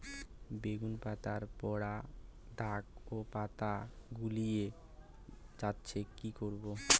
বেগুন পাতায় পড়া দাগ ও পাতা শুকিয়ে যাচ্ছে কি করব?